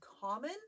common